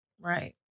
Right